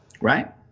Right